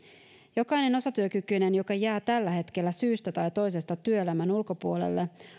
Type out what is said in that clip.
jokainen osatyökykyinen joka jää tällä hetkellä syystä tai toisesta työelämän ulkopuolelle